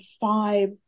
five